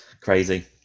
Crazy